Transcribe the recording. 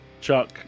Chuck